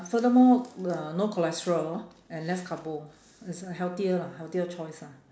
furthermore uh no cholesterol and less carbo it's a healthier lah healthier choice lah